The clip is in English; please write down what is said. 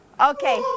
Okay